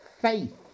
faith